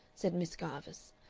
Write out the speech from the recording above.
said miss garvice,